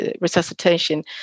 resuscitation